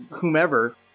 whomever